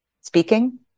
speaking